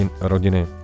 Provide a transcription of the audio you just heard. rodiny